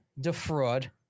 defraud